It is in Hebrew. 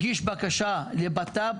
הגיש בקשה לבט"פ,